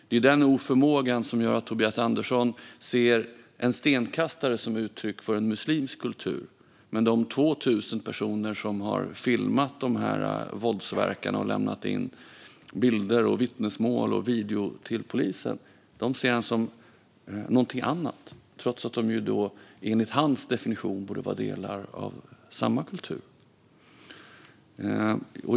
Det är den oförmågan som gör att Tobias Andersson ser en stenkastare som uttryck för en muslimsk kultur, men de 2 000 personer som har filmat våldsverkarna och lämnat in bilder, vittnesmål och videor till polisen ser han som någonting annat, trots att de enligt hans definition borde vara delar av samma kultur.